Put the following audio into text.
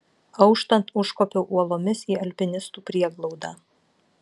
auštant užkopiau uolomis į alpinistų prieglaudą